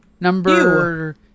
number